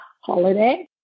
holiday